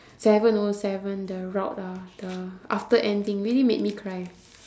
seven oh seven the route ah the after ending really made me cry